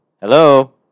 Hello